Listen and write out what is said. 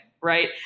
right